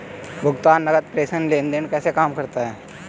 भुगतान नकद प्रेषण लेनदेन कैसे काम करता है?